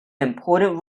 important